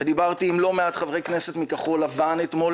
ודיברתי עם לא מעט חברי כנסת מכחול לבן אתמול,